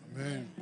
אמן.